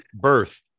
birth